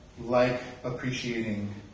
like-appreciating